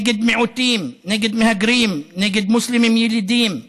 נגד מיעוטים, נגד מהגרים, נגד מוסלמים ילידים,